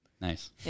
Nice